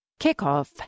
kickoff